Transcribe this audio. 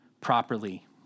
properly